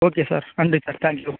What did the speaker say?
okay sir நன்றி sir thank you